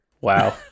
Wow